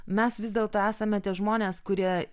mes vis dėlto esame tie žmonės kurie